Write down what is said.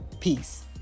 peace